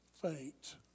faint